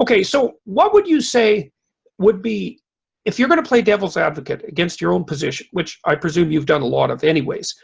okay so what would you say would be if you're gonna play devil's advocate against your own position? which i presume you've done a lot of anyways